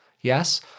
Yes